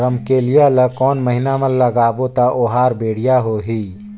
रमकेलिया ला कोन महीना मा लगाबो ता ओहार बेडिया होही?